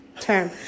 Term